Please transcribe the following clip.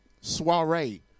Soiree